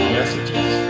messages